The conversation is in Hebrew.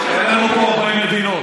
אין לנו פה הרבה מדינות.